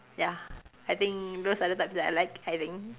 ya I think those are types that I like I think